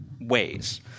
ways